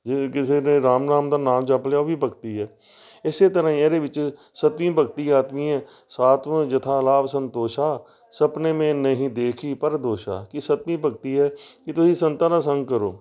ਜੇ ਕਿਸੇ ਦੇ ਰਾਮ ਨਾਮ ਦਾ ਨਾਮ ਜਪ ਲਿਆ ਉਹ ਵੀ ਭਗਤੀ ਹੈ ਇਸੇ ਤਰ੍ਹਾਂ ਹੀ ਇਹਦੇ ਵਿੱਚ ਸੱਤਵੀਂ ਭਗਤੀ ਆਤਮੀ ਹੈ ਸਾਤਵਾਂ ਜਥਾ ਲਾਭ ਸੰਤੋਸ਼ਾਂ ਸਪਨੇ ਮੇ ਨਹੀਂ ਦੇਖੀ ਪਰ ਦੋਸ਼ਾ ਕਿ ਸੱਤਵੀਂ ਭਗਤੀ ਹੈ ਕਿ ਤੁਸੀਂ ਸੰਤਾਂ ਦਾ ਸੰਗ ਕਰੋ